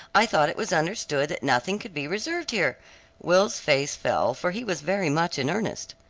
i thought it was understood that nothing could be reserved here will's face fell, for he was very much in earnest.